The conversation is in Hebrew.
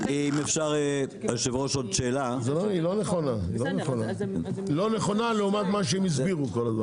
היא לא נכונה, לא נכונה לעומת מה שהם הזכירו.